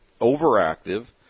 overactive